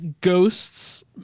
Ghosts